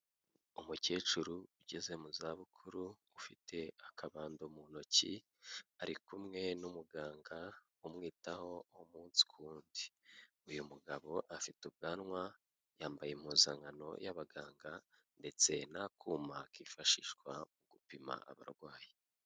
Umukecuru ugeze muza bukuru ufite akabando mu ntoki, ari kumwe n'umuganga umwitaho umunsi ku wundi. Uyu mugabo afite ubwanwa, yambaye impuzankano y'abaganga ndetse n'akuma kifashishwa mu gupima abarwayi.